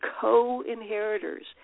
co-inheritors